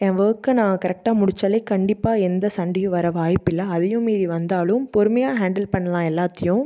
என் ஒர்க்கை நான் கரெக்டாக முடித்தாலே கண்டிப்பாக எந்த சண்டையும் வர வாய்ப்பில்லை அதையும் மீறி வந்தாலும் பொறுமையாக ஹாண்டில் பண்ணலாம் எல்லாத்தையும்